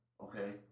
okay